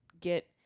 get